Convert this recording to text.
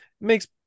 makes